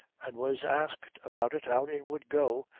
and was asked about it, out it would go,